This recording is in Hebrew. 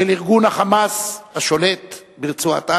אל ארגון "חמאס", השולט ברצועת-עזה,